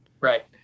Right